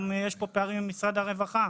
גם יש פה פערים עם משרד הרווחה.